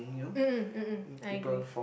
uh I agree